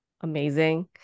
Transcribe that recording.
amazing